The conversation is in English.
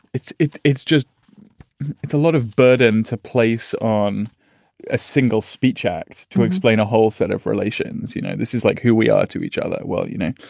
it's it's it's just it's a lot of burden to place on a single speech act to explain a whole set of relations. you know, this is like who we are to each other. well, you know,